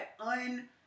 un